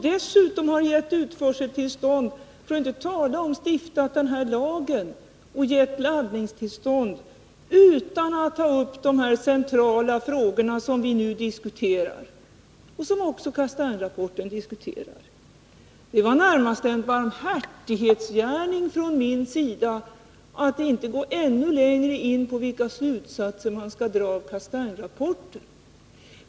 Dessutom gav man ju utförseltillstånd, för att inte tala om att man har stiftat den här lagen och givit laddningstillstånd utan att ta upp de centrala frågor som vi nu diskuterar och som också berörs i Castaingrapporten. Det var närmast en barmhärtighetsgärning från min sida att inte gå ännu längre in på vilka slutsatser man skall dra av Castaingrapporten.